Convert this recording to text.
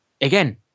again